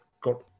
got